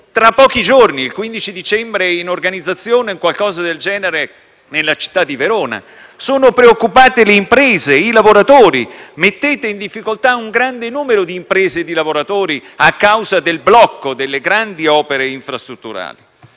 Tra pochi giorni, il prossimo 15 dicembre, si svolgerà qualcosa del genere anche nella città di Verona. Sono preoccupate le imprese e i lavoratori. Mettete in difficoltà un gran numero di imprese e lavoratori a causa del blocco delle grandi opere infrastrutturali.